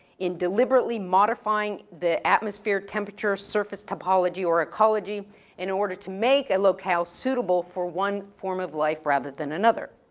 in deliberately modifying the atmosphere temperature, surface topology or ecology in order to make a locale suitable for one form of life rather than another.